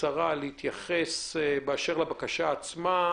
התייחס לבקשה עצמה.